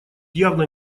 явно